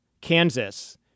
Kansas